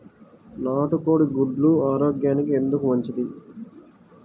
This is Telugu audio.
నాటు కోడి గుడ్లు ఆరోగ్యానికి ఎందుకు మంచిది?